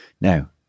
Now